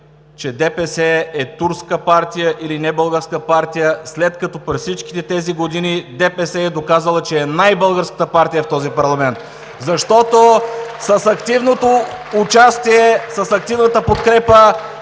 че ДПС е турска партия или небългарска партия, след като през всичките тези години ДПС е доказала, че е най-българската партия в този парламент. (Ръкопляскания от ДПС.) Защото с активното участие, с активната подкрепа